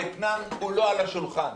האתנן כולו על השולחן.